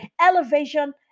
elevation